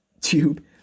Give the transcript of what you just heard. Tube